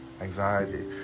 anxiety